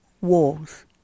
walls